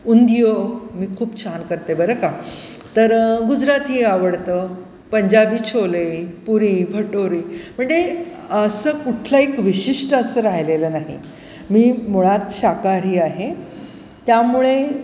उंदिओ मी खूप छान करते बरं का तर गुजराती आवडतं पंजाबी छोले पुरी भटोरी म्हणजे असं कुठलं एक विशिष्ट असं राहिलेलं नाही मी मुळात शाकाहारी आहे त्यामुळे